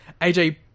AJ